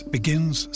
Begins